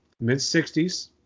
mid-60s